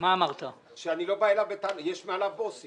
לא בא אליו בטענות, יש מעליו בוסים.